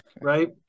right